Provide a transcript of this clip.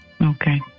Okay